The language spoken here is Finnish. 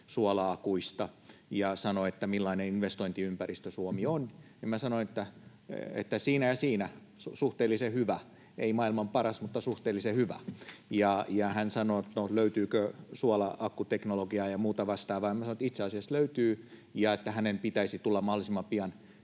suola-akuista, ja kysyi, millainen investointiympäristö Suomi on, niin minä sanoin, että siinä ja siinä, suhteellisen hyvä, ei maailman paras, mutta suhteellisen hyvä. Ja hän kysyi, löytyykö suola-akkuteknologiaa ja muuta vastaavaa, niin minä sanoin, että itse asiassa löytyy ja että hänen pitäisi tulla mahdollisimman pian